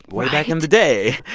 way back in the day.